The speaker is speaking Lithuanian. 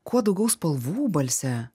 kuo daugiau spalvų balse